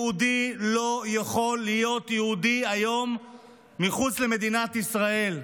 יהודי לא יכול להיות יהודי היום מחוץ למדינת ישראל.